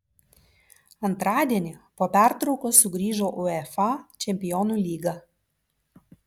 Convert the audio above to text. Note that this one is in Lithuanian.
antradienį po pertraukos sugrįžo uefa čempionų lyga